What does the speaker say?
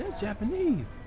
japanese